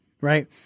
Right